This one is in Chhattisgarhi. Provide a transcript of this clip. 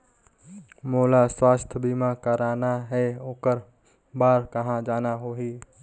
मोला स्वास्थ बीमा कराना हे ओकर बार कहा जाना होही?